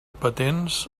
patents